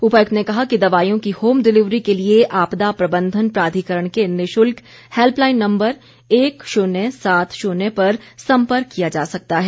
उपायुक्त ने कहा कि दवाईयों की होम डिलीवरी के लिए आपदा प्रबंधन प्राधिकरण के निशुल्क हेल्पलाईन नम्बर एक शून्य सात शून्य पर सम्पर्क किया जा सकता है